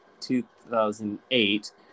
2008